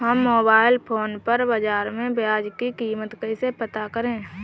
हम mobile phone पर बाज़ार में प्याज़ की कीमत कैसे पता करें?